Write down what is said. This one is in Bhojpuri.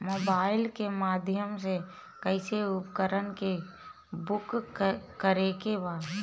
मोबाइल के माध्यम से कैसे उपकरण के बुक करेके बा?